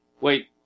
Wait